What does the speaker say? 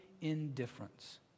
indifference